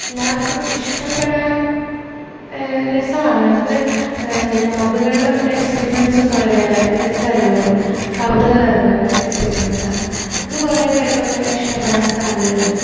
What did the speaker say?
എല്ലാവർക്കും ഇഷ്ടപ്പെടാൻ രസമാണ് നമുക്ക് ലാബുകളിലൊക്കെയുള്ള എക്സ്പ്പിരിമെൻസ്സൊക്കെ വളരെയേറെ രസമുള്ളൊരു കൗതുകം നിറഞ്ഞ കുറേ എക്സ്പിരിമെൻസ്സാണ് അതു കുറേ പേർക്കൊക്കെ ഇഷ്ടപ്പെടാൻ സാദ്ധ്യതയുണ്ട്